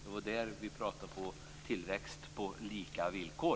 Det handlar om tillväxt på lika villkor.